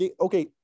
Okay